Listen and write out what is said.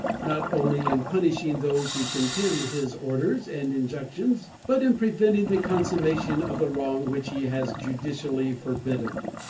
not only in punishing those who contemn his orders and injunctions, but in preventing the consummation of the wrong which he has judicially forbidden.